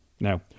Now